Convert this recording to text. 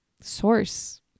source